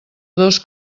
dos